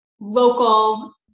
local